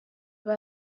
bose